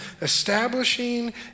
establishing